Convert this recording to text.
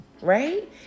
right